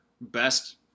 best